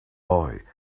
boy